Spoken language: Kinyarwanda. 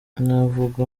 nkavuga